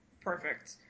perfect